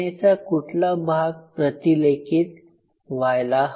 चा कुठला भाग प्रतिलेखित व्हायला हवा